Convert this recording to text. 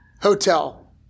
hotel